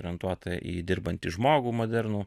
orientuota į dirbantį žmogų modernų